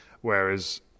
Whereas